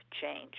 change